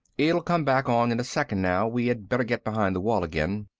it'll come back on in a second now. we had better get behind the wall again.